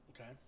Okay